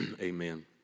Amen